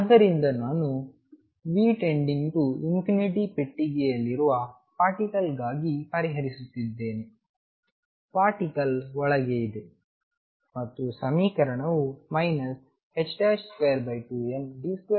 ಆದ್ದರಿಂದ ನಾನು V →∞ ಪೆಟ್ಟಿಗೆಯಲ್ಲಿರುವ ಪಾರ್ಟಿಕಲ್ ಗಾಗಿ ಪರಿಹರಿಸುತ್ತಿದ್ದೇನೆ ಪಾರ್ಟಿಕಲ್ ಒಳಗೆ ಇದೆ ಮತ್ತು ಸಮೀಕರಣವು 22md2dx2VψEψ